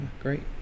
great